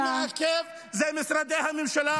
בינתיים מי שמעכב זה משרדי הממשלה,